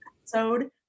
episode